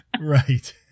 Right